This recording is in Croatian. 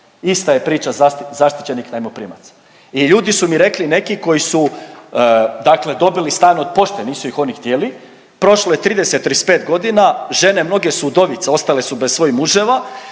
ista je priča zaštićenih najmoprimaca. I ljudi su mi rekli neki koji su dakle dobili stan od pošte nisu ih oni htjeli, prošlo je 30, 35 godina, žene mnoge su udovice, ostale su bez svojih muževa,